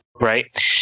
right